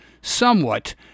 somewhat